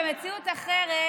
במציאות אחרת